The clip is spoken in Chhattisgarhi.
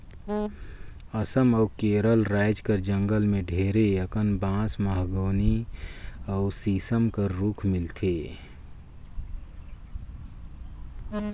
असम अउ केरल राएज कर जंगल में ढेरे अकन बांस, महोगनी अउ सीसम कर रूख मिलथे